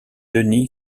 denny